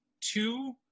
two